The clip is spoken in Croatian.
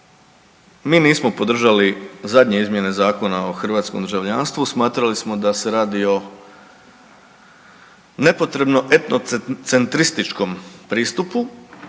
Mi nismo podržali zadnje izmjene Zakona o hrvatskom državljanstvu, smatrali smo da se radi o nepotrebno etno centrističkom pristupu.